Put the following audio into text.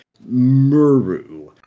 Muru